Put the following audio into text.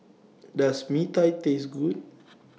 Does Mee Tai Taste Good